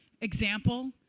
example